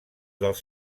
dels